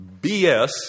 BS